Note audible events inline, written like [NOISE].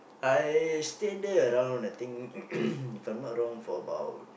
I stay there around I think [NOISE] if I'm not wrong for about